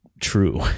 true